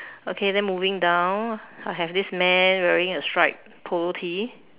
okay then moving down I have this man wearing a stripe polo T